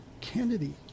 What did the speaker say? Kennedy